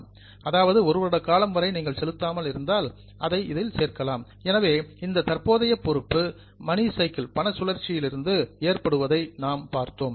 மூன்றாவது பிரிவு தற்போதைய பொறுப்பு என்பதாகும் எனவே இந்த தற்போதைய பொறுப்பு மணி சைக்கிள் பண சுழற்சியிலிருந்து ஏற்படுவதை நாம் பார்த்தோம்